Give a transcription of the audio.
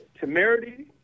temerity